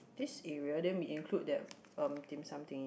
this area then we include that um dim sum thing